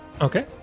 Okay